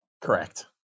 Correct